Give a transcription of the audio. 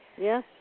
Yes